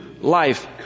life